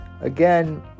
Again